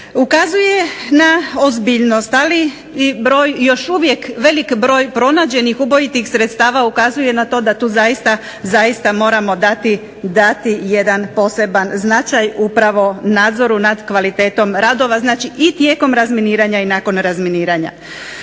ukazuje na ozbiljnost ali na broj pronađenih ubojitih sredstava ukazuje na to da tu zaista moramo dati jedan poseban značaj upravo nadzoru nad kvalitetom radova, znači i tijekom razminiranja i nakon razminiranja.